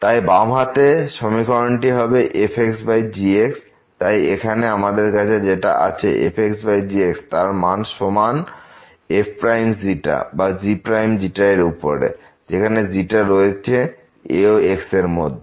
তাই বাম হাতে সমীকরণটি হবে f g তাই এখানে আমাদের কাছে যেটা আছে f g তার মান সমান fξ যা gξ এর উপরে যেখানে রয়েছে a ও x এর মধ্যে